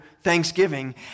Thanksgiving